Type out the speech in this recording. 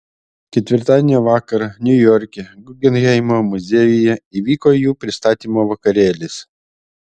ketvirtadienio vakarą niujorke guggenheimo muziejuje įvyko jų pristatymo vakarėlis